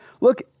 Look